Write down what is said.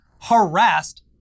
harassed